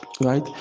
right